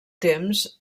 temps